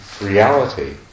reality